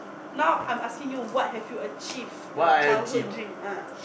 now I'm asking you what have you achieved your childhood dream ah